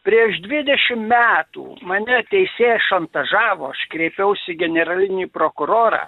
prieš dvidešim metų mane teisėja šantažavo aš kreipiausi į generalinį prokurorą